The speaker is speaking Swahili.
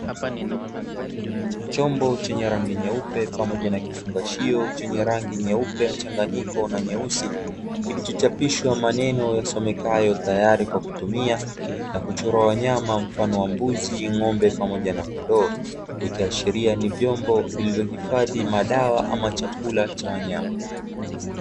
Chombo chenye rangi nyeupe, pamoja na kifungashio chenye rangi nyeupe mchanganyiko na nyeusi, kilichochapishwa maneno yasomekayo Tayari kwa Kutumia, na kuchorwa wanyama mfano wa mbuzi, ng'ombe pamoja na kondoo, ikiashiria ni vyombo vilivyohifadhi madawa ama chakula cha wanyama.